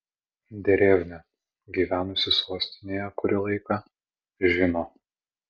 derevnia gyvenusi sostinėje kurį laiką žino